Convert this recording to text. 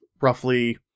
roughly